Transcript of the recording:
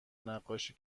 نقاشی